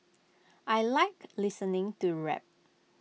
I Like listening to rap